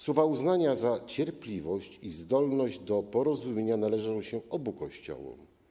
Słowa uznania za cierpliwość i zdolność do porozumienia należą się obu Kościołom.